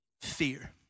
fear